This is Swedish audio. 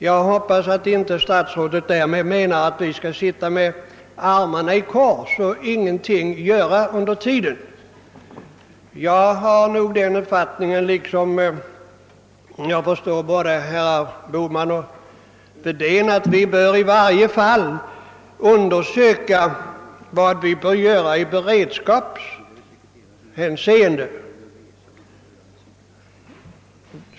Jag hoppas att statsrådet därmed inte menar att vi skall sitta med armarna i kors och ingenting göra under tiden. Jag har den uppfattningen — enligt vad jag förstår i likhet med herrar Bohman och Wedén — att vi i varje fall bör undersöka vad vi kan göra i beredskapshänseende.